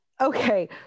okay